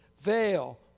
veil